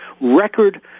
record